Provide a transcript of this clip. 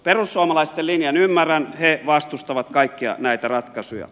perussuomalaisten linjan ymmärrän he vastustavat kaikkia näitä ratkaisuja